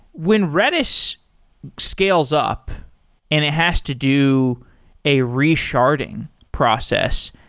when redis scales up and it has to do a re-sharding process,